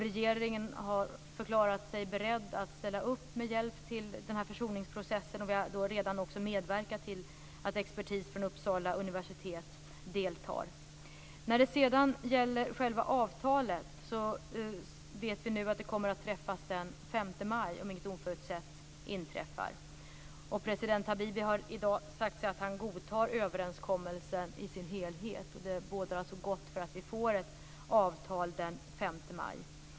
Regeringen har förklarat sig beredd att ställa upp med hjälp till denna försoningsprocess, och vi har redan medverkat till att expertis från Uppsala universitet deltar. När det sedan gäller själva avtalet vet vi nu att det kommer att träffas den 5 maj om inget oförutsett inträffar. President Habibie har i dag sagt att han godtar överenskommelsen i dess helhet. Det bådar gott för att vi får ett avtal den 5 maj.